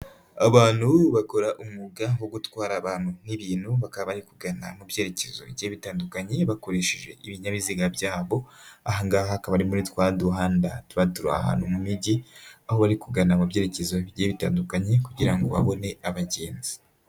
Abantu bakora umwuga wo gutwara abantu n'ibintu, bakaba bari kugana mu byerekezo bigiye bitandukanye bakoresheje ibinyabiziga byabo, aha ngaha hakaba ari muri twa duhanda tuba turi ahantu mu mijyi, aho bari kugana mu byerekezo bigiye bitandukanye kugirango babone abagenzi.